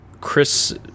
Chris